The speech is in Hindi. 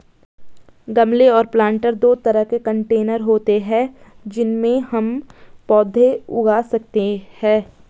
गमले और प्लांटर दो तरह के कंटेनर होते है जिनमें हम पौधे उगा सकते है